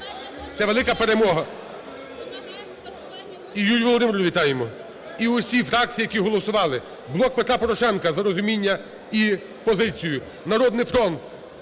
Це велика перемога. І Юлію Володимирівну вітаємо, і усі фракції, які голосували, "Блок Петра Порошенка" за розуміння і позицію, "Народний фронт",